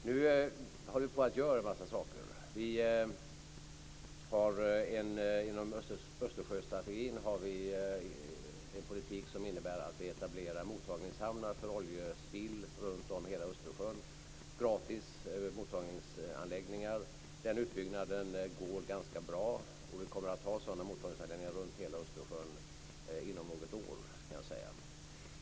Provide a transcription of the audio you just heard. Nu håller vi på att göra en massa saker. Inom Östersjöstrategin har vi en politik som innebär att vi etablerar mottagningshamnar för oljespill runtom hela Östersjön, alltså gratis mottagningsanläggningar. Den utbyggnaden går ganska bra. Vi kommer att ha sådana mottagningsanläggningar runt hela Östersjön inom något år, kan jag säga.